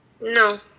No